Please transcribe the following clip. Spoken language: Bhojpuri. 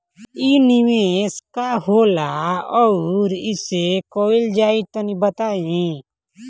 इ निवेस का होला अउर कइसे कइल जाई तनि बताईं?